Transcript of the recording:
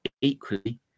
equally